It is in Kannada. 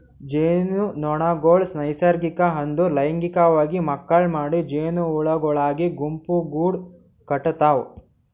ಜೇನುನೊಣಗೊಳ್ ನೈಸರ್ಗಿಕ ಅಂದುರ್ ಲೈಂಗಿಕವಾಗಿ ಮಕ್ಕುಳ್ ಮಾಡಿ ಜೇನುಹುಳಗೊಳಾಗಿ ಗುಂಪುಗೂಡ್ ಕಟತಾವ್